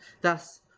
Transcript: Thus